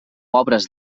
obres